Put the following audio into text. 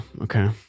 Okay